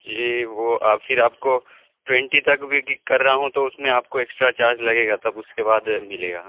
جی وہ پھر آپ کو ٹوئنٹی تک بھی کک کر رہا ہوں تو اس میں آپ کو ایکسٹرا چارج لگے گا تب اس کے بعد ملے گا